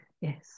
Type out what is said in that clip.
Yes